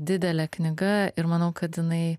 didelė knyga ir manau kad jinai